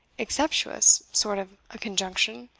exceptuous sort of a conjunction,